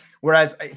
whereas